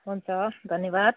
हुन्छ धन्यवाद